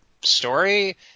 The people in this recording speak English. story